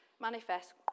manifest